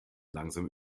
langsam